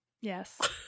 Yes